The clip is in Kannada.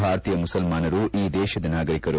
ಭಾರತೀಯ ಮುಸಲ್ಮಾನರು ಈ ದೇಶದ ನಾಗರಿಕರು